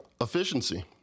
Efficiency